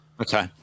Okay